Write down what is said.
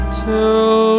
till